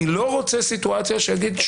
אני לא רוצה סיטואציה שהוא יגיד,